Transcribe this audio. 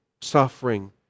suffering